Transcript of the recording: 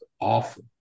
awful